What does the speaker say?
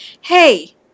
hey